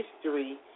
history